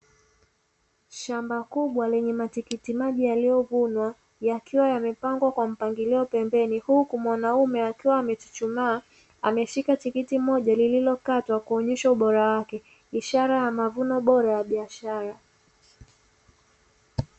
Shamba kubwa lenye matikiti maji yaliyovunwa yakiwa yamepangwa kwa mpangilio pembeni, huku mwanaume akiwa amechuchumaa ameshika tikiti moja lililokatwa kuonyesha ubora wake, ishara ya mavuno bora ya biashara.